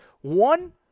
one